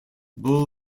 bull